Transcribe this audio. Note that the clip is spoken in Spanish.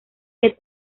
que